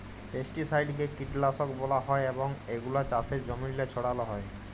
পেস্টিসাইডকে কীটলাসক ব্যলা হ্যয় এবং এগুলা চাষের জমিল্লে ছড়াল হ্যয়